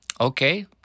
Okay